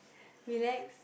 relax